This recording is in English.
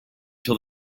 till